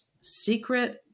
secret